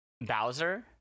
bowser